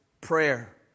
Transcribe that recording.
prayer